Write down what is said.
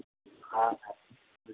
हँ भाय